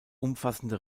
umfassende